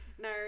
No